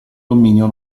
dominio